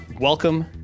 welcome